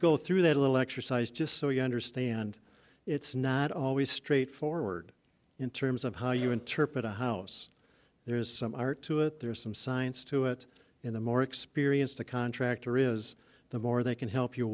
go through that little exercise just so you understand it's not always straightforward in terms of how you interpret a house there is some art to it there is some science to it in the more experienced the contractor is the more they can help you